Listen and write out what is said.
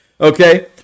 okay